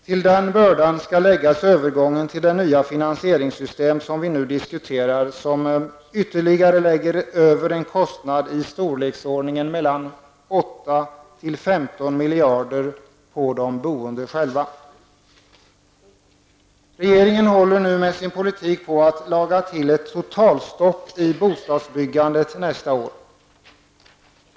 Till den bördan skall läggas övergången till det nya finansieringssystem som vi nu diskuterar och som innebär att man vältrar över ytterligare en kostnad i storleksordningen 8--15 miljarder på de boende själva. Regeringen håller nu med sin politik på att laga till ett totalstopp i bostadsbyggandet nästa år.